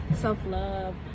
Self-love